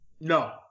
No